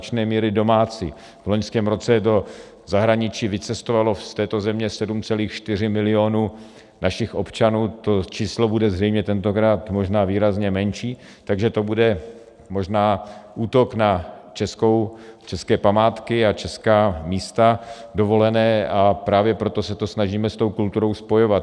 V loňském roce do zahraničí vycestovalo z této země 7,4 milionu našich občanů, to číslo bude zřejmě tentokrát výrazně menší, takže to bude možná útok na české památky a česká místa dovolené, a právě proto se to snažíme s tou kulturou spojovat.